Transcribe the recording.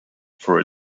for